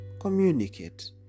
communicate